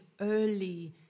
early